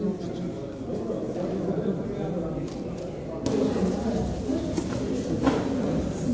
Hvala vam